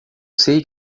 sei